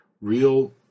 real